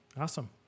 Awesome